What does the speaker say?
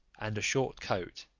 and a short coat,